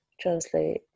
translate